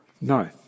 No